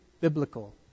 Biblical